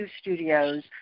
studios